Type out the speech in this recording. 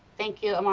thank you.